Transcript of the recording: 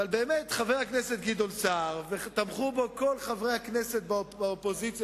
באמת תמכו בחבר הכנסת גדעון סער כל חברי הכנסת מהאופוזיציה,